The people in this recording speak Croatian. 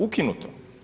Ukinuto.